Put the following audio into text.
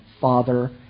father